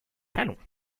salons